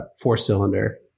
four-cylinder